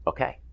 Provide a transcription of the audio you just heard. Okay